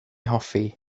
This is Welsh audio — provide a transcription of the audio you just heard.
hoffi